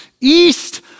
east